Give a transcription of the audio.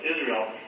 Israel